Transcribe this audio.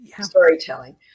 storytelling